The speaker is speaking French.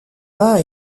mains